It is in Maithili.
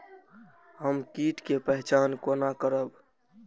हम कीट के पहचान कोना करब?